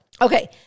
Okay